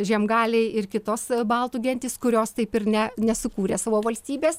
žiemgaliai ir kitos baltų gentys kurios taip ir ne nesukūrė savo valstybės